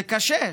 זה קשה,